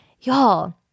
y'all